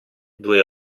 due